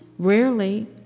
Rarely